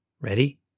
ready